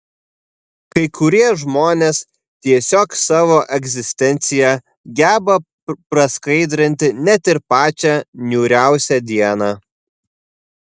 kai kurie žmonės tiesiog savo egzistencija geba praskaidrinti net ir pačią niūriausią dieną